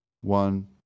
one